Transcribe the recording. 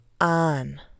on